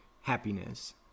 happiness